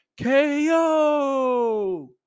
KO